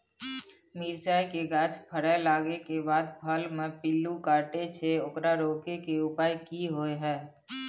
मिरचाय के गाछ फरय लागे के बाद फल में पिल्लू काटे छै ओकरा रोके के उपाय कि होय है?